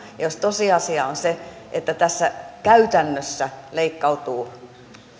ja jos tosiasia on se että tässä käytännössä leikkautuu